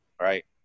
Right